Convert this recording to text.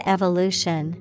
Evolution